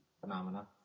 phenomena